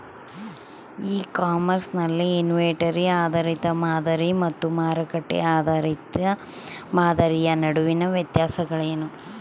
E commerce ನಲ್ಲಿ inventory ಆಧಾರಿತ ಮಾದರಿ ಮತ್ತು ಮಾರುಕಟ್ಟೆ ಆಧಾರಿತ ಮಾದರಿಯ ನಡುವಿನ ವ್ಯತ್ಯಾಸಗಳೇನು?